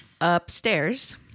upstairs